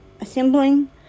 assembling